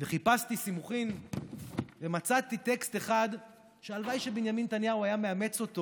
וחיפשתי סימוכין ומצאתי טקסט אחד שהלוואי שבנימין נתניהו היה מאמץ אותו,